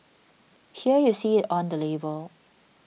here you see it on the label